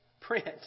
print